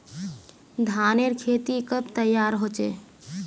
धानेर खेती कब तैयार होचे?